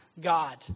God